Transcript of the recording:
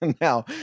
Now